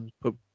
Put